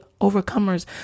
overcomers